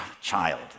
child